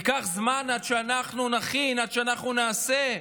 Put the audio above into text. ייקח זמן עד שאנחנו נכין, עד שאנחנו נעשה.